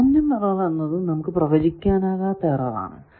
random error എന്നത് നമുക്ക് പ്രവചിക്കാനാകാത്ത എറർ ആണ്